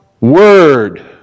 Word